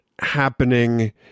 happening